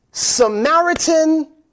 Samaritan